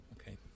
Okay